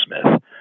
Smith